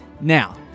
Now